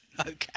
Okay